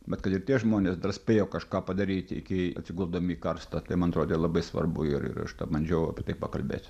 bet kad ir tie žmonės dar spėjo kažką padaryt iki atsiguldami į karstą tai man atrodė labai svarbu ir ir aš tą bandžiau apie tai pakalbėt